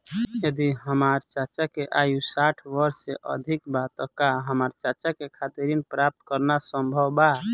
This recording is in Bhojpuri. यदि हमार चाचा के आयु साठ वर्ष से अधिक बा त का हमार चाचा के खातिर ऋण प्राप्त करना संभव बा?